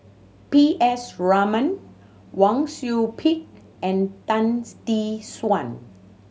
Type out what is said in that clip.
P S Raman Wang Sui Pick and Tan Tee Suan